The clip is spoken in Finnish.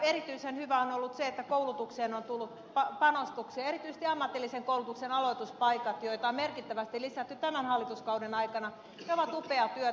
erityisen hyvää on ollut se että koulutukseen on tullut panostuksia ja erityisesti ammatillisen koulutuksen aloituspaikat joita on merkittävästi lisätty tämän hallituskauden aikana ovat upeaa työtä